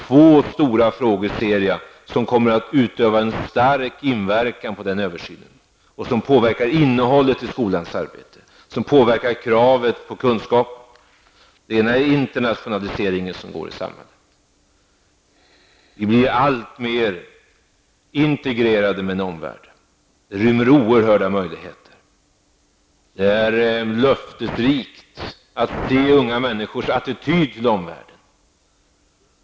Två stora frågor kommer att utöva en stark inverkan på den översynen och påverka innehållet i skolans arbete och kravet på kunskap. Den ena är internationaliseringen i samhället. Vi blir alltmer integrerade med omvärlden. Det rymmer oerhörda möjligheter. Det är löftesrikt att se unga människors attityd till omvärlden.